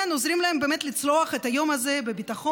עוזרות להם באמת לצלוח את היום הזה בביטחון,